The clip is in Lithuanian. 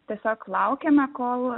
tiesiog laukiame kol